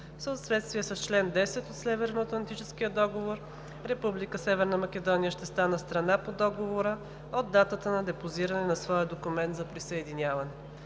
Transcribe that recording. съответствие с чл. 10 от Северноатлантическия договор, Република Северна Македония ще стане страна по Договора от датата на депозиране на своя документ за присъединяване.